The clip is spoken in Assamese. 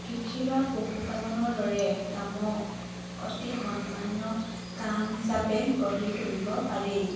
কৃষি বা পশুপালনৰ দৰে কামক অতি সন্মানীয় কাম হিচাপে গঢ়ি তুলিব পাৰি